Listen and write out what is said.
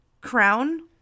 crown